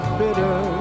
bitter